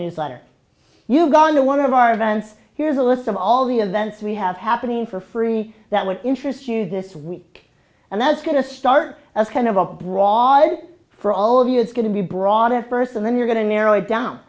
newsletter you've gone to one of our events here's a list of all the events we have happening for free that would interest you this week and that's going to start as kind of a broad for all of you is going to be brought in first and then you're going to narrow it down